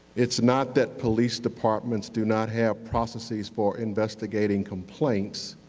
it's not that police departments do not have processes for investigating complaints,